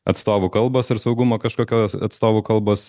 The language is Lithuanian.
atstovų kalbos ar saugumo kažkokio atstovų kalbos